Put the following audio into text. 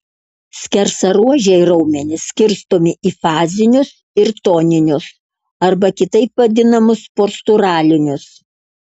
skersaruožiai raumenys skirstomi į fazinius ir toninius arba kitaip vadinamus posturalinius